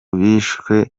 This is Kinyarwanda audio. bishwe